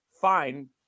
fine